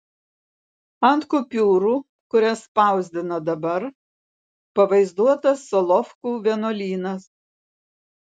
ant kupiūrų kurias spausdina dabar pavaizduotas solovkų vienuolynas